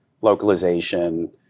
localization